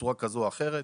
בתצורה כזו או אחרת,